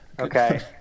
Okay